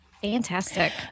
Fantastic